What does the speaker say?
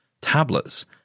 tablets